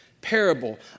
parable